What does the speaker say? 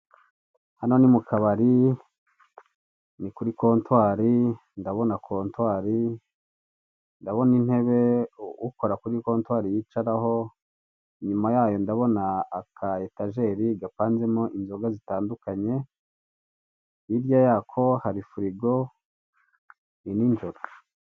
Hano ni mu kabari ni kuri kontwari, ndabona kontwari, ndabona intebe ukora kuri kontwari yicaraho, nyuma yayo ndabona akayetajeri gapanzemo inzoga zitandukanye, hirya yako hari firigo ni ninjoro.